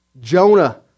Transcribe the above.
Jonah